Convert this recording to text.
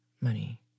money